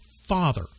father